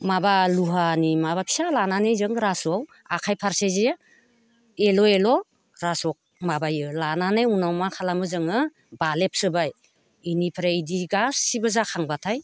माबा लहानि माबा फिसा लानानै जों रासोआव आखाइ फारसेजों एल' एल' रासाव माबायो लानानै उनाव मा खालामो जोङो बालेब सोबाय बेनिफ्राय बिदि गासैबो जाखांबाथाय